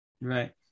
right